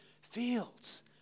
fields